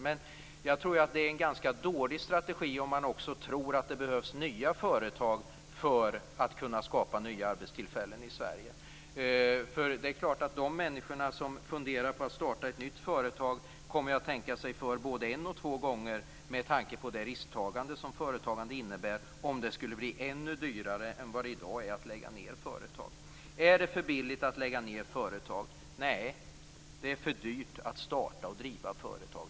Men jag tror att det är en ganska dålig strategi om man också tror att det behövs nya företag för att kunna skapa nya arbetstillfällen i Sverige. Det är klart att de människor som funderar på att starta ett nytt företag kommer att tänka sig för både en och två gånger, med tanke på det risktagande som företagande innebär, om det skulle bli ännu dyrare än vad det är i dag att lägga ned företag. Är det för billigt att lägga ned företag? Nej, det är för dyrt att starta och driva företag.